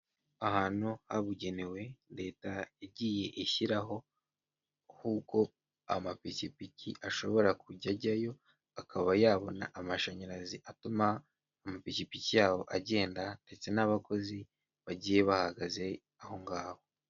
Ahantu habugenewe leta igiye ishyiraho kuko amapikipiki ashobora kujya ajyayo akaba yabona amashanyarazi atuma amapikipiki yabo agenda ndetse n'abakozi bagiye bahagaze aho ngaho.